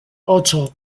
ocho